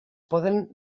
poden